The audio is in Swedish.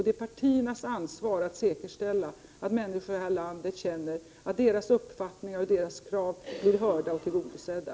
Det är partiernas ansvar att säkerställa att människor i vårt land känner att deras uppfattningar och krav blir hörda och tillgodosedda.